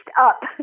up